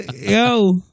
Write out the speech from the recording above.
Yo